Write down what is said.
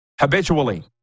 Habitually